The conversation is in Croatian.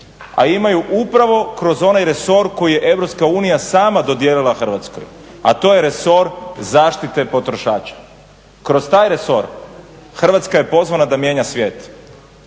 A ima ju upravo kroz onaj resor koji je EU sama dodijelila Hrvatskoj a to je resor zaštite potrošača. Kroz taj resor Hrvatska je pozvana da mijenja svijet.